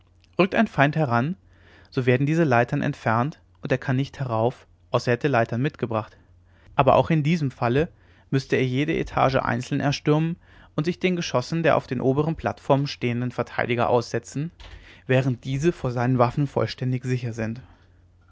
rückt ein feind heran so werden diese leitern entfernt und er kann nicht herauf außer er hätte leitern mitgebracht aber auch in diesem falle müßte er jede etage einzeln erstürmen und sich den geschossen der auf den oberen plattformen stehenden verteidiger aussetzen während diese vor seinen waffen vollständig sicher sind